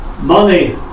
money